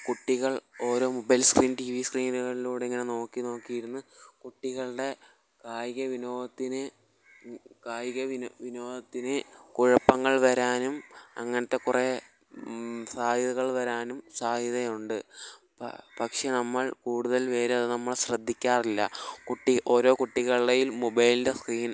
കുട്ടികൾ ഓരോ mobile screen T V സ്ക്രീനുകളിലൂടിങ്ങനെ നോക്കി നോക്കിയിരുന്ന് കുട്ടികളുടെ കായിക വിനോദത്തിന് വിനോദത്തിന് കുഴപ്പങ്ങൾ വരാനും അങ്ങനത്തെ കുറേ സാദ്ധ്യതകൾ വരാനും സാധ്യതയുണ്ട് പക്ഷെ നമ്മൾ കൂടുതൽ പേര് അത് നമ്മള് ശ്രദ്ധിക്കാറില്ല കുട്ടി ഓരോ കുട്ടികളെയും മൊബൈലിൻ്റെ സ്ക്രീൻ